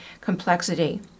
complexity